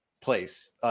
place